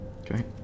Okay